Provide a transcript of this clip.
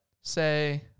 say